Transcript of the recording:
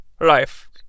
life